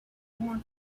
more